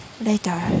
Later